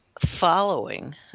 following